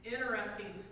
interesting